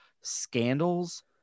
scandals